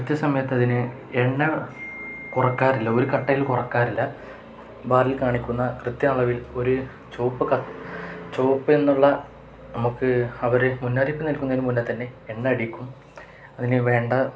കൃത്യസമയത്ത് അതിന് എണ്ണ കുറയ്ക്കാറില്ല ഒരു കട്ടയിൽ കുറയ്ക്കാറില്ല ബാറിൽ കാണിക്കുന്ന കൃത്യ അളവിൽ ഒരു ചുവപ്പ് ചുവപ്പ് എന്നുള്ള നമുക്ക് അവര് മുന്നറിപ്പു നൽകുന്നതിനു മുന്നേ തന്നെ എണ്ണയടിക്കും അതിനു വേണ്ട